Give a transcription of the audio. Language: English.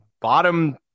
bottom